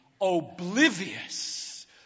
oblivious